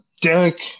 Derek